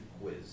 quiz